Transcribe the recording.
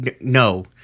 No